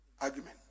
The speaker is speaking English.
argument